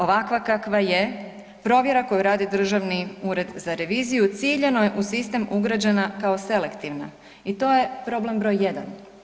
Ovakva kakva je, provjera koju radi Državni ured za reviziju ciljano je u sistem ugrađena kao selektivna i to je problem broj jedan.